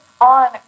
on